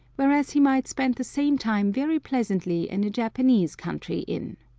whereas he might spend the same time very pleasantly in a japanese country inn.